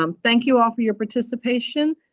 um thank you all for your participation.